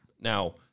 now